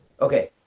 Okay